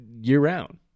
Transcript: year-round